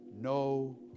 no